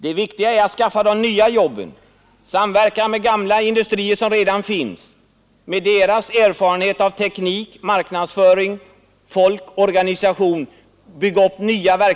Det viktiga är att skaffa de nya jobben, samverka med industrier som redan finns, med den erfarenhet, teknik, marknadsföring, folk och organisation de har.